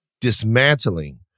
dismantling